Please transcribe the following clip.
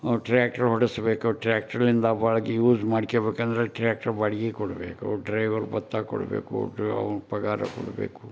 tractor ಓಡಿಸಬೇಕು tractor ಆಗಿ use ಮಾಡ್ಕೊಳ್ಬೇಕಂದ್ರೆ ಟ್ರ್ಯಾಕ್ಟ್ರ್ ಬಾಡಿಗೆ ಕೊಡಬೇಕು ಡ್ರೈವರ್ ಭತ್ತ ಕೊಡಬೇಕು ಕೊಡಬೇಕು